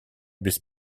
без